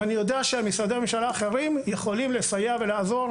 ואני יודע שמשרדי הממשלה האחרים יכולים לסייע ולעזור.